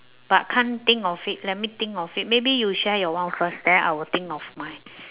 but can't think of it let me think of it maybe you share your one first then I will think of mine